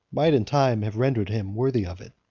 might in time have rendered him worthy of it.